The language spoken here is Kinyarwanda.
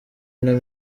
ino